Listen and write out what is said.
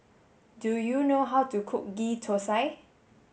do you know how to cook ghee Thosai